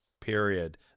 period